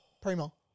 Primo